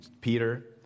Peter